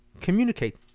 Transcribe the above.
communicate